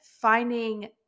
finding